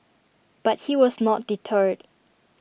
but he was not deterred